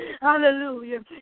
Hallelujah